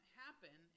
happen